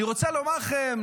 אני רוצה לומר לכם,